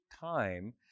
time